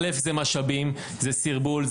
זה משאבים, זה סרבול.